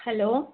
hello